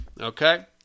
okay